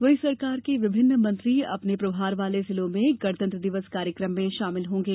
वहीं सरकार के विभिन्न मंत्री अपने प्रभार वाले जिलों में गणतंत्र दिवस कार्यकम में शामिल होंगे